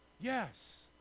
Yes